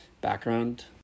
background